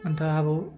अन्त अब